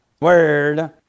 word